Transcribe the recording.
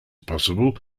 possible